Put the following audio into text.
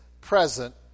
present